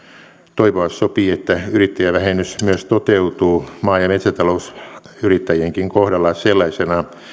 toivoa sopii että yrittäjävähennys myös toteutuu maa ja metsätalousyrittäjienkin kohdalla sellaisena